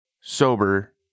sober